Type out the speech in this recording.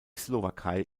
slowakei